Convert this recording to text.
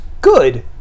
good